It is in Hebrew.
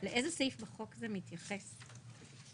לאיזה סעיף בחוק זה מתייחס התיקון?